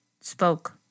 spoke